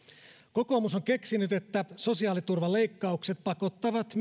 kokoomus on keksinyt että mikrosimulaatioissa sosiaaliturvaleikkaukset pakottavat